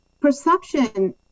Perception